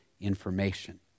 information